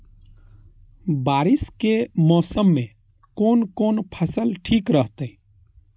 बारिश के मौसम में कोन कोन फसल ठीक रहते?